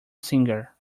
singer